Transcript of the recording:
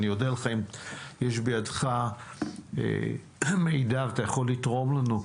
אני אודה לך אם יש בידך מידע ואתה יכול לתרום לנו,